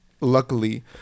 luckily